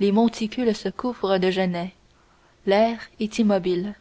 les monticules se couvrent de genêts l'air est immobile